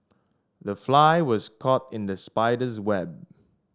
the fly was caught in the spider's web